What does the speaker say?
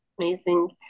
Amazing